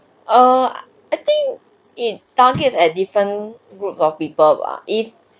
err I think it targets at different groups of people !wah! if